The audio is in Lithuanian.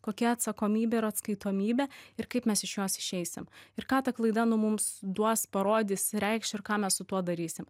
kokia atsakomybė ir atskaitomybė ir kaip mes iš jos išeisim ir ką ta klaida nu mums duos parodys reikš ir ką mes su tuo darysim